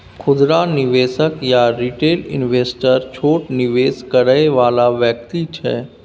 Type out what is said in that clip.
खुदरा निवेशक या रिटेल इन्वेस्टर छोट निवेश करइ वाला व्यक्ति छै